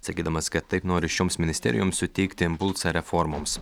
sakydamas kad taip nori šioms ministerijoms suteikti impulsą reformoms